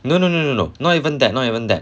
no no no no no not even that not even that